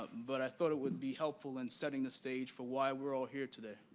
but i thought it would be helpful in setting the stage for why we're all here today.